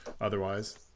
otherwise